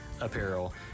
apparel